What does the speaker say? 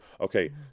Okay